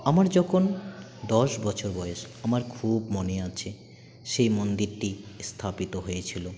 আমার যখন দশ বছর বয়স আমার খুব মনে আছে সেই মন্দিরটি স্থাপিত হয়েছিল